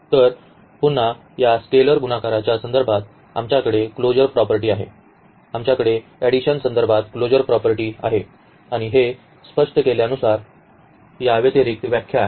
तर पुन्हा या स्केलर गुणाकाराच्या संदर्भात आमच्याकडे क्लोजर प्रॉपर्टी आहे आमच्याकडे एडिशन संदर्भात क्लोजर प्रॉपर्टी आहे आणि हे स्पष्ट केल्यानुसार या व्यतिरिक्त व्याख्या केली आहे